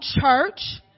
Church